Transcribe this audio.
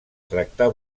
tractar